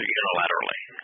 unilaterally